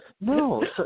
No